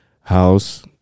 house